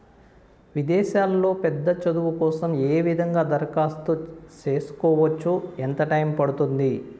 విదేశాల్లో పెద్ద చదువు కోసం ఏ విధంగా దరఖాస్తు సేసుకోవచ్చు? ఎంత టైము పడుతుంది?